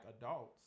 adults